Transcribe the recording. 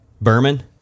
Berman